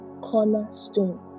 cornerstone